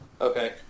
Okay